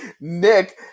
Nick